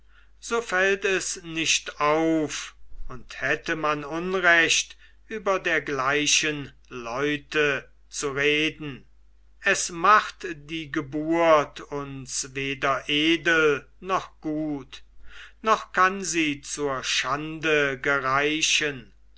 so fällt es nicht auf und hätte man unrecht über dergleichen leute zu reden es macht die geburt uns weder edel noch gut noch kann sie zur schande gereichen